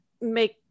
make